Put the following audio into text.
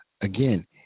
Again